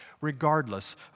regardless